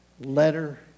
letter